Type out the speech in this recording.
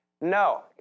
No